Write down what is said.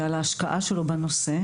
ועל ההשקעה שלנו בנושא.